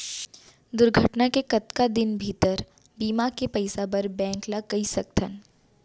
दुर्घटना के कतका दिन भीतर बीमा के पइसा बर बैंक ल कई सकथन?